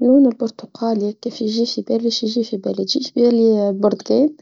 لون البرتقالي كيف يجيش بيلي يجيش في بالي يجيش في بالي الربتغال